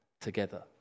together